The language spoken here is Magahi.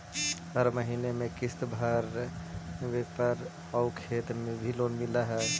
हर महीने में किस्त भरेपरहै आउ खेत पर भी लोन मिल है?